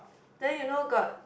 then you know got